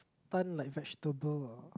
stunned like vegetable ah